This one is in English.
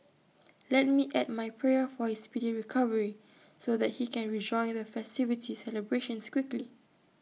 let me add my prayer for his speedy recovery so that he can rejoin the festivity celebrations quickly